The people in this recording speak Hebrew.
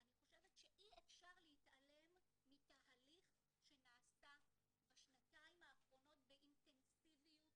אני חושבת שאי אפשר להתעלם מתהליך שנעשה בשנתיים האחרונות באינטנסיביות